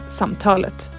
samtalet